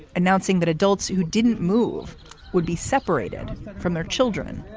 announcing that adults who didn't move would be separated from their children.